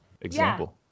example